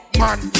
man